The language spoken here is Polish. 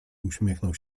uśmiechnął